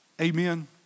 Amen